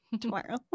tomorrow